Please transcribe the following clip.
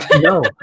no